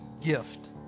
gift